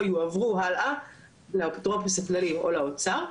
יועברו הלאה לאפוטרופוס הכללי או לאוצר,